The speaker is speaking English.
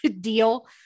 deal